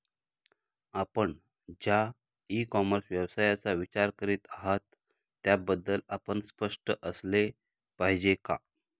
आपण ज्या e commerce व्यवसायाचा विचार करीत आहात त्याबद्दल आपण स्पष्ट असले पाहिजे का?